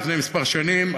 לפני כמה שנים,